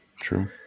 true